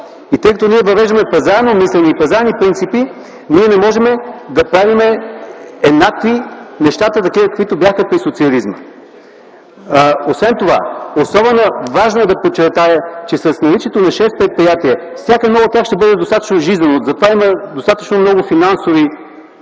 И тъй като ние въвеждаме пазарно мислене, пазарни принципи, ние не можем да правим еднакви нещата – такива, каквито бяха при социализма. Особено важно е да подчертая, че при наличието на шест предприятия, всяко едно от тях ще бъде достатъчно жизнено. За това има достатъчно много финансови